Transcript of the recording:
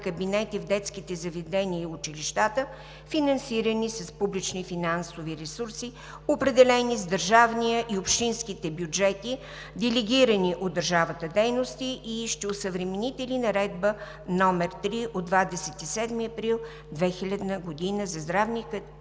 кабинети в детските заведения и училищата, финансирани с публични финансови ресурси, определени с държавния и общинските бюджети – делегирани от държавата дейности, и ще осъвремените ли Наредба № 3 от 27 април 2000 г. за здравните